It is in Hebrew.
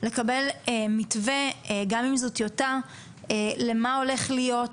גם אם זו טיוטה - למה הולך להיות,